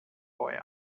boy